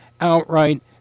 outright